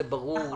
זה ברור לחלוטין.